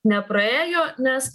nepraėjo nes